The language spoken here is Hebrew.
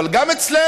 אבל גם אצלנו,